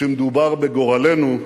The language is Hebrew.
כשמדובר בגורלנו,